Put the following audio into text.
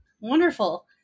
wonderful